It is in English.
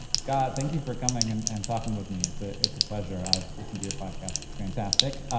scott, thank you for coming and and talking with me. it's ah it's a pleasure. i've listened to your podcast. it's fantastic.